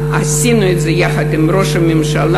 עשינו את זה יחד עם ראש הממשלה,